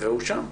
והוא שם,